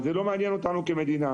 אז זה לא מעניין אותנו כמדינה.